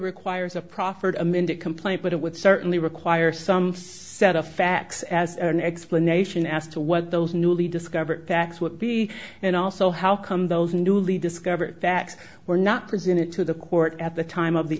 requires a proffered amended complaint but it would certainly require some set of facts as an explanation as to what those newly discovered facts would be and also how come those newly discovered facts were not presented to the court at the time of the